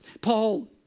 Paul